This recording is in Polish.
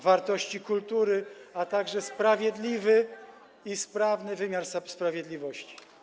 wartości kultury, a także sprawiedliwy i sprawny wymiar sprawiedliwości.